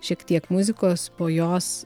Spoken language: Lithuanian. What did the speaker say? šiek tiek muzikos po jos